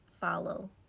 follow